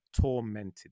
Tormented